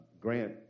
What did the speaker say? Grant